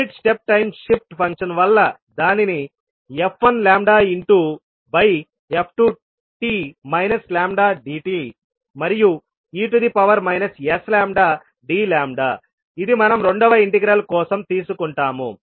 unit step time shift function వల్ల దానిని f1 lambda into by f2 t minus lambda dt మరియు e to the power minus s lambda d లాంబ్డాఇది మనం రెండవ integral కోసం తీసుకుంటాము